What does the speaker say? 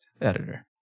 editor